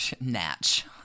Natch